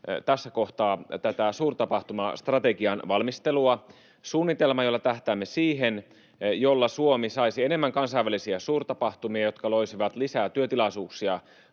tässä kohtaa tätä suurtapahtumastrategian valmistelua, suunnitelmaa, jolla tähtäämme siihen, että Suomi saisi enemmän kansainvälisiä suurtapahtumia, jotka loisivat lisää työtilaisuuksia